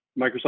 Microsoft